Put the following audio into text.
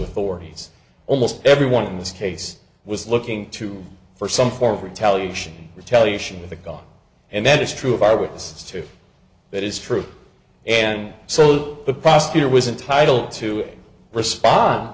authorities almost everyone in this case was looking to for some form of retaliation retaliation with a gun and that is true of our witnesses to that is true and so the prosecutor was entitled to respond